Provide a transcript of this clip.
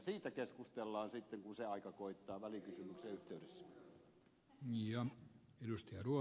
siitä keskustellaan sitten kun se aika koittaa välikysymyksen yhteydessä